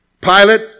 Pilate